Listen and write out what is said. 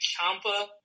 Champa